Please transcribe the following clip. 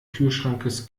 küchenschranks